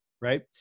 Right